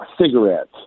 cigarettes